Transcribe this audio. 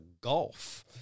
golf